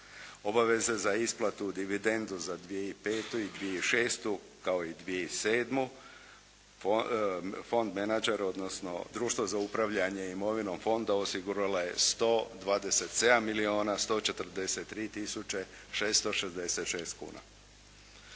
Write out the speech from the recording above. Obaveze za isplatu u dividendu za 2005. i 2006., kao i 2007. Fond menadžer, odnosno društvo za upravljanje imovinom fonda osigurala je 127 milijuna